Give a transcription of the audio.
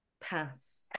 pass